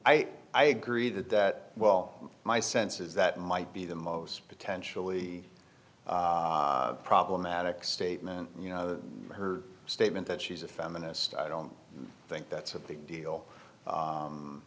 i i agree that that well my sense is that might be the most potentially problematic statement you know her statement that she's a feminist i don't think that's a big deal